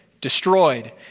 destroyed